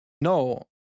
No